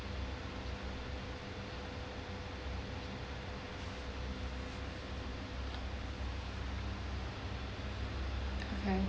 okay